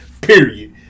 period